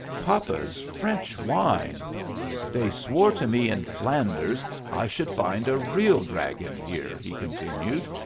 papa's french wine they swore to me in flanders i should find a real dragon here, he continued,